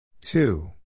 two